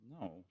No